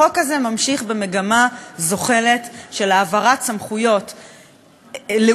החוק הזה ממשיך במגמה זוחלת של העברת סמכויות לאומיות,